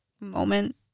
moment